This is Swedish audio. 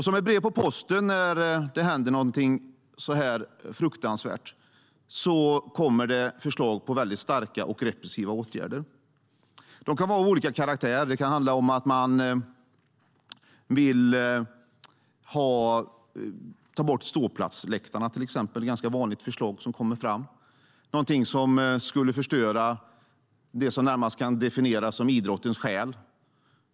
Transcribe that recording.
Som ett brev på posten när något sådant fruktansvärt händer kommer det förslag på mycket starka och repressiva åtgärder. De kan vara av olika karaktär. Det kan handla om att man till exempel vill ta bort ståplatsläktarna. Det är ett ganska vanligt förslag. Men det skulle förstöra det som närmast kan definieras som idrottens själ.